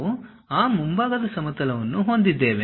ನಾವು ಆ ಮುಂಭಾಗದ ಸಮತಲವನ್ನು ಹೊಂದಿದ್ದೇವೆ